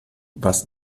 was